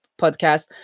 podcast